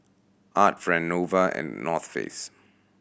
Art Friend Nova and North Face